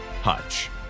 Hutch